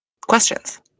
questions